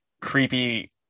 creepy